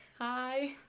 Hi